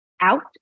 out